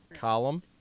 column